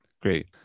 great